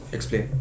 Explain